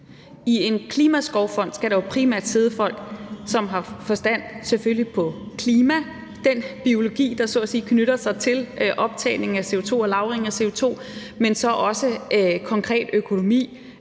i en klimaskovfond skal der jo primært sidde folk, som har forstand på klima, selvfølgelig, på den biologi, der så at sige knytter sig til optagning af CO2 og lagring af CO2, men så også på konkret økonomi,